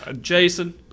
Jason